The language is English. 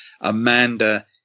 Amanda